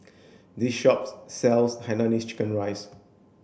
this shop sells Hainanese chicken rice